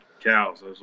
cows